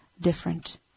different